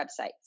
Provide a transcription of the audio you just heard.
websites